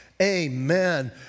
Amen